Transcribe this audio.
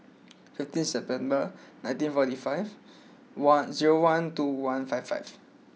fifteen September nineteen forty five one zero one two one five five